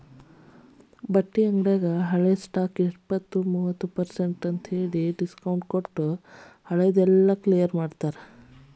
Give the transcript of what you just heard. ಬಟ್ಟಿ ಅಂಗ್ಡ್ಯಾಗ ಹಳೆ ಸ್ಟಾಕ್ಗೆ ಇಪ್ಪತ್ತು ಮೂವತ್ ಪರ್ಸೆನ್ಟ್ ಅಂತ್ ಡಿಸ್ಕೊಂಟ್ಟಿಟ್ಟು ಹಳೆ ದೆಲ್ಲಾ ಕ್ಲಿಯರ್ ಮಾಡ್ತಾರ